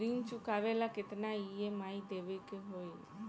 ऋण चुकावेला केतना ई.एम.आई देवेके होई?